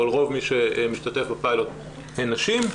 אבל רוב מי שמשתתף בפיילוט הן נשים,